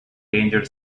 danger